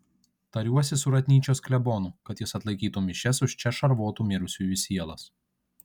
tariuosi su ratnyčios klebonu kad jis atlaikytų mišias už čia šarvotų mirusiųjų sielas